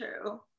True